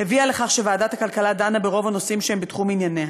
הביאה לכך שוועדת הכלכלה דנה ברוב הנושאים שהם בתחום ענייניה.